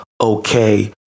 okay